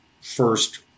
first